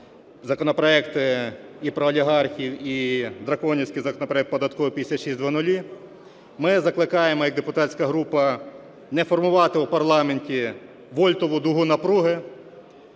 законопроекти і про олігархів, і драконівський законопроект податковий 5600, ми закликаємо як депутатська група не формувати у парламенті вольтову дугу напруги,